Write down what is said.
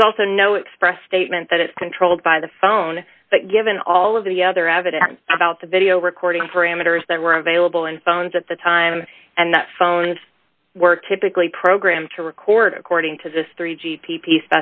there's also no express statement that it's controlled by the phone but given all of the other evidence about the video recording parameters that were available in phones at the time and that phones were typically programmed to record according to this three g p p